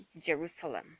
Jerusalem